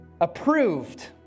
approved